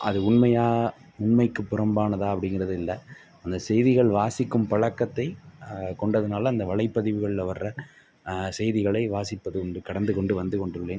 அது உண்மையாக உண்மைக்கு புறம்பானதாக அப்படிங்கிறது இல்லை அந்த செய்திகள் வாசிக்கும் பழக்கத்தை கொண்டதுனால் அந்த வலைப்பதிவுகளில் வர்ற செய்திகளை வாசிப்பது உண்டு கடந்து கொண்டு வந்து கொண்டு உள்ளேன்